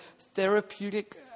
therapeutic